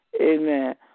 amen